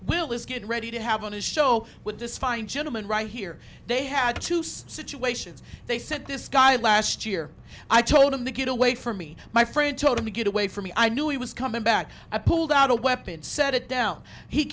willis get ready to have on his show with this fine gentleman right here they had two situations they sent this guy last year i told him to get away from me my friend told him to get away from me i knew he was coming back i pulled out a weapon set it down he